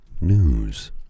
News